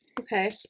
Okay